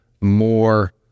more